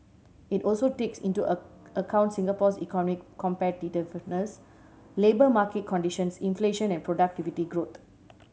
it also takes into a account Singapore's economic competitiveness labour market conditions inflation and productivity growth